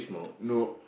no